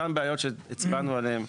אותן בעיות שהצבענו עליהן,